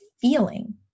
Feeling